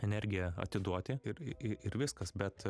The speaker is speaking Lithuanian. energiją atiduoti ir ir viskas bet